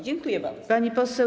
Dziękuję bardzo, pani poseł.